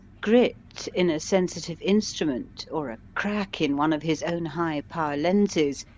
grit in a sensitive instrument, or a crack in one of his own high-power lenses,